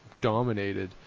dominated